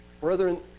Brethren